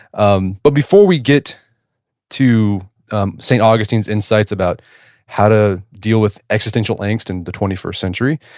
um but before we get to saint augustine's insights about how to deal with existential angst in the twenty first century.